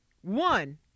one